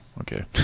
okay